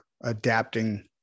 adapting